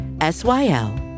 S-Y-L